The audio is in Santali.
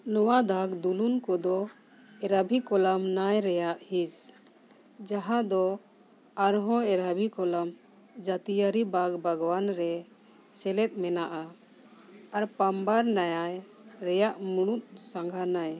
ᱱᱚᱣᱟ ᱫᱟᱜᱽ ᱫᱩᱞᱩᱱ ᱠᱚᱫᱚ ᱮᱨᱟᱵᱤ ᱠᱚᱞᱚᱢ ᱱᱚᱭ ᱨᱮᱭᱟᱜ ᱦᱤᱸᱥ ᱡᱟᱦᱟᱸ ᱫᱚ ᱟᱨᱦᱚᱸ ᱮᱨᱟᱵᱤ ᱠᱚᱞᱟᱢ ᱡᱟᱛᱤᱭᱟᱨᱤ ᱵᱟᱜᱽ ᱵᱟᱜᱽᱣᱟᱱ ᱨᱮ ᱥᱮᱞᱮᱫ ᱢᱮᱱᱟᱜᱼᱟ ᱟᱨ ᱯᱟᱢᱵᱟᱨ ᱱᱚᱭᱟ ᱨᱮᱭᱟᱜ ᱢᱩᱬᱩᱫ ᱥᱟᱸᱜᱷᱟ ᱱᱟᱹᱭ